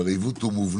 אבל הוא עיוות מובנה.